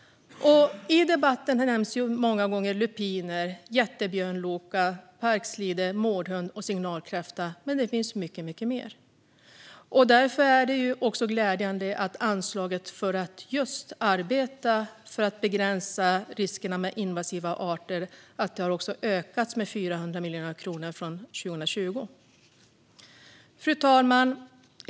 I debatten nämns många gånger lupin, jättebjörnloka, parkslide, mårdhund och signalkräfta, men det finns många fler. Därför är det glädjande att anslaget för att arbeta för att begränsa riskerna med invasiva arter föreslås öka med 400 miljoner kronor från 2020. Fru talman!